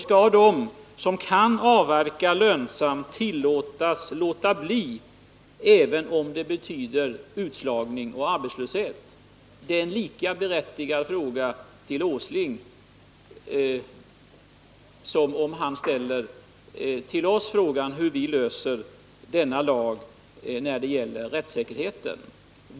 Skall de som kan avverka lönsamt tillåtas avstå från att göra det även om det betyder utslagning och arbetslöshet? Dessa frågor till Nils Åsling är lika berättigade som den fråga han ställer till oss om hur vi skall lösa problemet med lagen om rättssäkerhet.